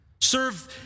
Serve